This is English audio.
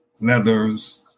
leathers